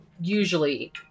usually